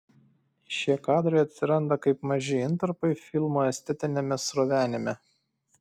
šie kadrai atsiranda kaip maži intarpai filmo estetiniame srovenime